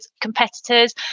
competitors